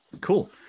Cool